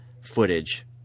footage